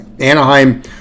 Anaheim